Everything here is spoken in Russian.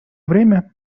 время